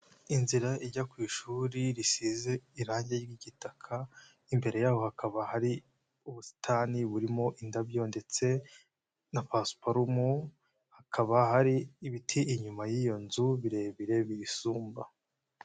Inzira ijya ku ishuri risize irangi ry'igitaka, imbere yaho hakaba hari ubusitani burimo indabyo ndetse na pasiparumu, hakaba hari ibiti inyuma y'iyo nzu birebire biyisumba.